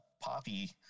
poppy